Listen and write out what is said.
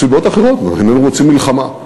מסיבות אחרות איננו רוצים מלחמה.